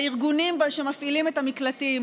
לארגונים שמפעילים את המקלטים,